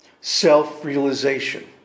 self-realization